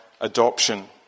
adoption